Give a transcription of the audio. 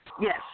Yes